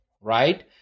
right